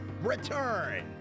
return